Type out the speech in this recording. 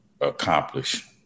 accomplish